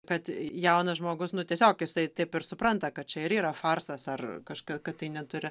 kad jaunas žmogus nu tiesiog jisai taip ir supranta kad čia ir yra farsas ar kažką kad tai neturi